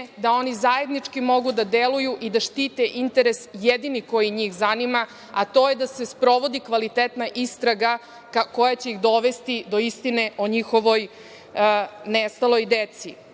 da oni zajednički mogu da deluju i da štite interes jedini koji njih zanima, a to je da se sprovodi kvalitetna istraga koja će ih dovesti do istine o njihovoj nestaloj